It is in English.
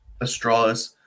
Astralis